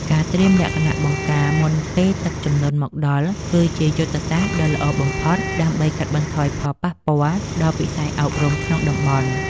ការត្រៀមលក្ខណៈបង្ការមុនពេលទឹកជំនន់មកដល់ គឺជាយុទ្ធសាស្ត្រដ៏ល្អបំផុត ដើម្បីកាត់បន្ថយផលប៉ះពាល់ដល់វិស័យអប់រំក្នុងតំបន់។